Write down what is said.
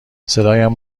صدایم